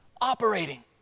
operating